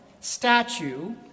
statue